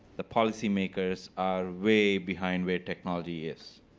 the policy-makers are way behind where technology is.